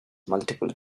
multiple